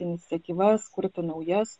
iniciatyvas kurti naujas